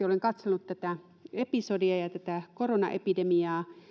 olen katsonut tätä episodia ja ja tätä koronaepidemiaa pitkälti pitkän linjan terveydenhuollon